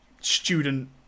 student